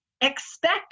expect